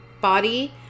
body